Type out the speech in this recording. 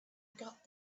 got